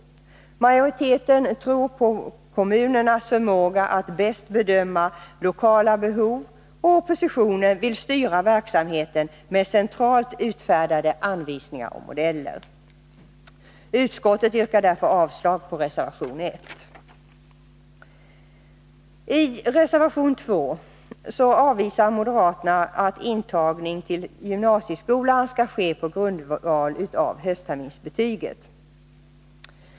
Majoriteten tror på kommunernas förmåga att bedöma lokala behov, oppositionen vill styra verksamheten med centralt utfärdade anvisningar och modeller. I reservation 2 avvisar moderaterna att intagning till gymnasieskolan skall ske på grundval av höstterminsbetyget.